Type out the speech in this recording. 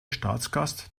staatsgast